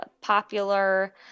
popular